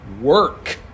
work